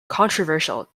controversial